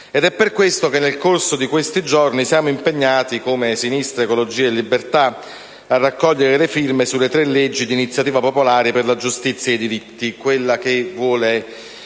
È per questo che, nel corso di questi giorni, siamo impegnati come Sinistra Ecologia Libertà a raccogliere le firme sui tre disegni di legge di iniziativa popolare per la giustizia e i diritti: quello che vuole